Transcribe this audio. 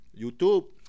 YouTube